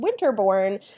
Winterborn